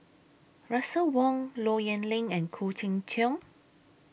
Russel Wong Low Yen Ling and Khoo Cheng Tiong